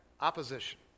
Opposition